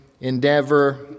endeavor